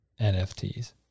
NFTs